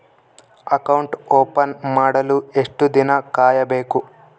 Account open ಮಾಡಲು ಎಷ್ಟು ದಿನ ಕಾಯಬೇಕು?